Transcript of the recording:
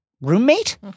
roommate